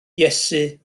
iesu